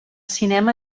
cinema